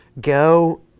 go